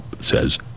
says